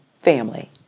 Family